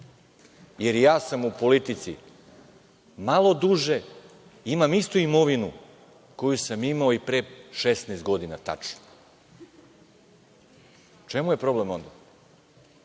jer i ja sam u politici malo duže, imam istu imovinu koju sam imao i pre 16 godina. U čemu je problem ovde?